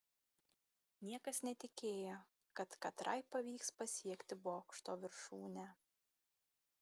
niekas netikėjo kad katrai pavyks pasiekti bokšto viršūnę